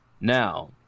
Now